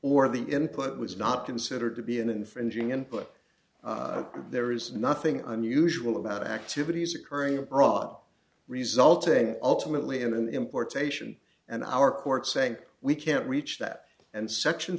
or the input was not considered to be an infringing input there is nothing unusual about activities occurring abroad resulting ultimately in an importation and our courts say we can't reach that and section